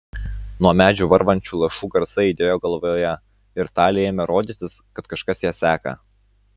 nuo medžių varvančių lašų garsai aidėjo galvoje ir talei ėmė rodytis kad kažkas ją seka